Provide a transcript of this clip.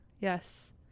yes